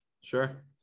Sure